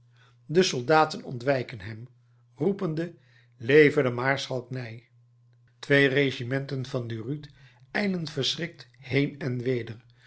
de soldaten ontwijken hem roepende leve de maarschalk ney twee regimenten van durutte ijlen verschrikt heen en weder